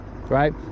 right